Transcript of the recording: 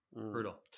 brutal